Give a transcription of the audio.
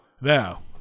Now